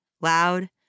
loud